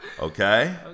okay